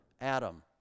Adam